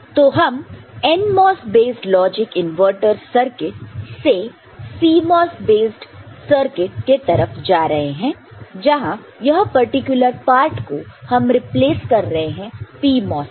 तो हम NMOS based logic inverter circuit से CMOS बेस्ड सर्किट के तरफ जा रहे हैं जहां यह पार्टिकुलर पार्ट को हम रिप्लेस कर रहे PMOS से